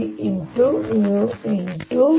M ಆಗುತ್ತದೆ